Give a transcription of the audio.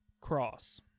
Cross